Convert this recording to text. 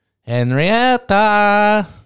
Henrietta